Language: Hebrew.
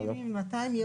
ממתי?